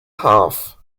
half